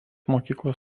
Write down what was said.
mokyklos